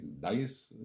nice